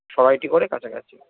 সরাইটিগরের কাছাকাছি